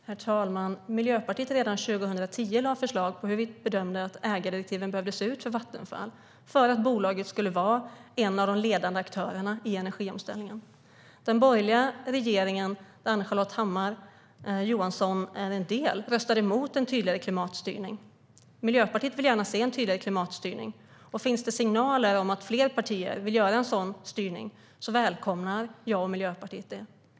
Herr talman! Miljöpartiet lade redan 2010 fram förslag på hur vi bedömde att ägardirektiven för Vattenfall behövde se ut för att bolaget skulle vara en av de ledande aktörerna i energiomställningen. Den borgerliga regeringen, som Ann-Charlotte Hammar Johnssons parti var en del av, röstade mot en tydligare klimatstyrning. Miljöpartiet vill gärna se en tydligare klimatstyrning. Kommer det signaler om att fler partier vill göra en sådan styrning välkomnar jag och Miljöpartiet det.